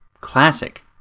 classic